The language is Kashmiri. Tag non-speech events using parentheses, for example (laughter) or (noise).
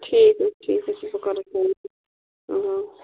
ٹھیٖک حظ ٹھیٖک حظ (unintelligible)